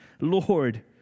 Lord